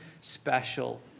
special